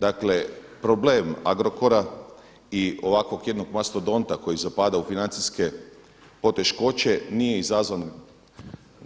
Dakle problem Agrokora i ovako jednog mastodonta koji zapada u financijske poteškoće nije izazvan